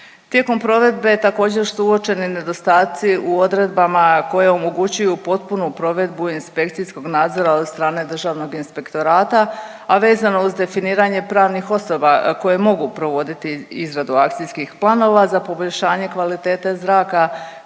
Tijekom provedbe također su uočeni nedostaci u odredbama koje omogućuju potpunu provedbu inspekcijskog nadzora od strane državnog inspektorata, a vezano uz definiranje pravnih osoba koje mogu provoditi izradu akcijskih planova za poboljšanje kvalitete zraka